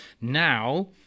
Now